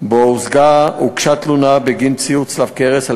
שבו הוגשה תלונה בגין ציור צלב קרס על